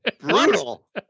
Brutal